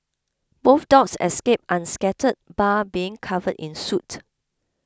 both dogs escaped unscathed bar being covered in soot